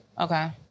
Okay